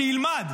שילמד,